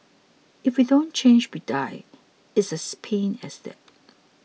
if we don't change we die it's as plain as that